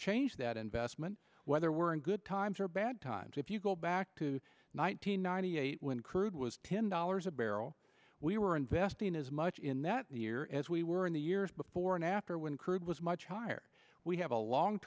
change that investment whether we're in good times or bad times or if you go back to nine hundred ninety eight when crude was ten dollars a barrel we were investing as much in that the year as we were in the years before and after when much higher we have a long